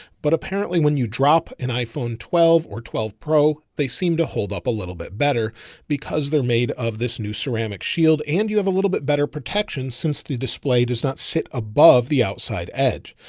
but apparently when you drop an iphone twelve or twelve pro, they seem to hold up a little bit better because they're made of this new ceramic shield. and you have a little bit better protection since the display does not sit above the outside edge.